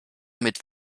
mit